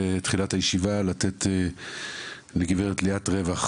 בתחילת הישיבה אני רוצה לתת את זכות הדיבור לגב' ליאת רווח